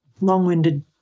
long-winded